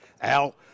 Al